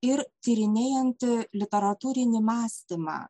ir tyrinėjanti literatūrinį mąstymą